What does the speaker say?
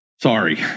Sorry